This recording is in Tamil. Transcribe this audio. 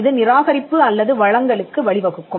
இது நிராகரிப்பு அல்லது வழங்கலுக்கு வழிவகுக்கும்